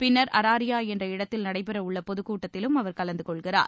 பின்னர் அராரியா என்ற இடத்தில் நடைபெறவுள்ள பொது கூட்டத்திலும் அவர் கலந்து கொள்கிறார்